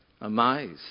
amazed